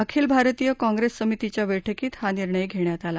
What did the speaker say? अखिल भारतीय काँग्रेस समितीच्या बैठकीत हा निर्णय घेण्यात आला